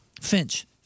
Finch